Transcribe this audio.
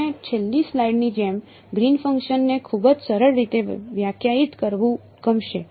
મને છેલ્લી સ્લાઇડની જેમ ગ્રીન ફંક્શનને ખૂબ જ સરળ રીતે વ્યાખ્યાયિત કરવું ગમશે